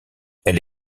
elle